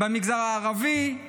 במגזר הערבי,